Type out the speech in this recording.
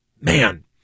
man